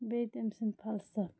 بیٚیہِ تٔمۍ سٕنٛد فَلسَفہٕ